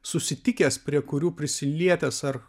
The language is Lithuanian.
susitikęs prie kurių prisilietęs ar